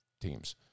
teams